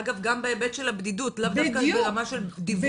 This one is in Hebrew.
אגב גם בהיבט של הבדידות לא רק ברמה של הדיווח.